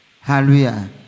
Hallelujah